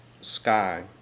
sky